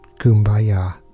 Kumbaya